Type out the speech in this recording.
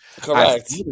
Correct